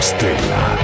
Stella